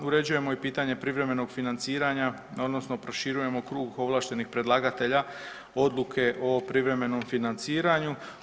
Uređujemo i pitanje privremenog financiranja odnosno proširujemo krug ovlaštenih predlagatelja odluke o privremenom financiranju.